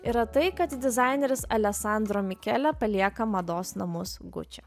yra tai kad dizaineris alesandro mikele palieka mados namus gucci